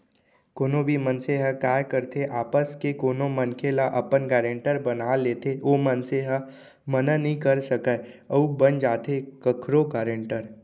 कोनो भी मनसे ह काय करथे आपस के कोनो मनखे ल अपन गारेंटर बना लेथे ओ मनसे ह मना नइ कर सकय अउ बन जाथे कखरो गारेंटर